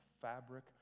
fabric